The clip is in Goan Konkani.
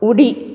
उडी